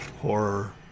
horror